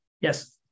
Yes